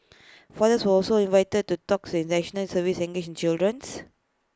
fathers also invited to talks in National Service to engage the children